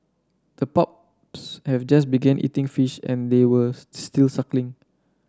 the pups have just began eating fish and they were still suckling